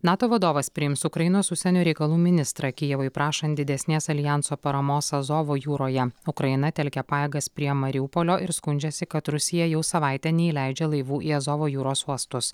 nato vadovas priims ukrainos užsienio reikalų ministrą kijevui prašant didesnės aljanso paramos azovo jūroje ukraina telkia pajėgas prie mariupolio ir skundžiasi kad rusija jau savaitę neįleidžia laivų į azovo jūros uostus